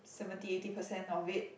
seventy eighty percent of it